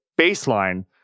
baseline